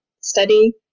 study